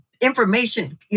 information